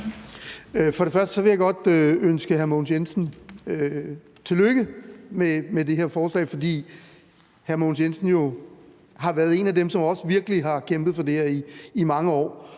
For det første vil jeg godt ønske hr. Mogens Jensen tillykke med det her forslag, fordi hr. Mogens Jensen jo har været en af dem, som også virkelig har kæmpet for det her i mange år.